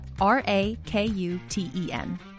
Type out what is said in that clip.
R-A-K-U-T-E-N